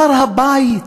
הר-הבית,